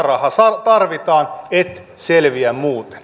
tasaraha tarvitaan et selviä muuten